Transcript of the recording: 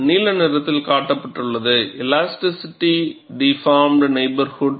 நீல நிறத்தில் காட்டப்படுவது எலாஸ்டிக்கலி டிபார்ம்ட் நெயிபௌர்ஹூட்